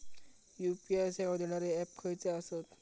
UPI सेवा देणारे app खयचे आसत?